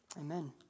Amen